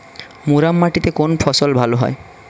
মুরাম মাটিতে কোন ফসল ভালো হয়?